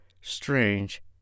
Strange